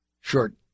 short